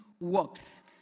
works